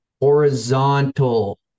horizontal